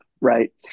right